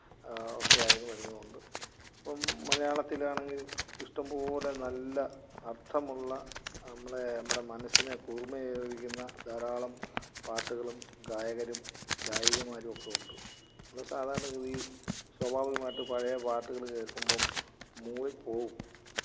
ഒക്കെയായത് വരുന്നത് കൊണ്ട് ഇപ്പം മലയാളത്തിലാണെങ്കിൽ ഇഷ്ടംപോലെ നല്ല അര്ത്ഥമുള്ള നമ്മളെ നമ്മുടെ മനസ്സിനെ കുളിര്മയേകിപ്പിക്കുന്ന ധാരാളം പാട്ടുകളും ഗായകരും ഗായികമാരുമൊക്കെ ഉണ്ട് നമ്മൾ സാധാരണ ഗതി സ്വാഭാവികമായിട്ടും പഴയ പാട്ടുകൾ കേൾക്കുമ്പം മൂളിപ്പോവും